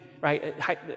right